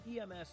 ems